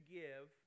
give